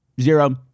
zero